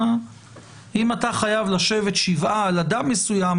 אם אתה חייב לשבת שבעה על אדם מסוים,